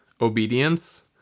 obedience